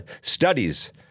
studies